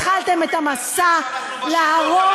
התחלתם את המסע להרוס,